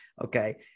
Okay